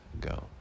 go